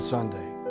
Sunday